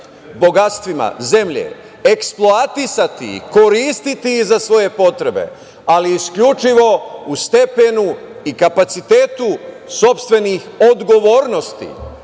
bogatstvima zemlje, eksploatisati ih, koristiti za svoje potrebe, ali isključivo u stepenu i kapacitetu sopstvenih odgovornosti,